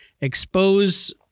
expose